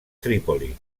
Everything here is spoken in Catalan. trípoli